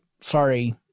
sorry